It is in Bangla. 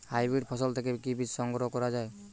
হাইব্রিড ফসল থেকে কি বীজ সংগ্রহ করা য়ায়?